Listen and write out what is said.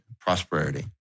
prosperity